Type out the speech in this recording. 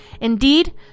Indeed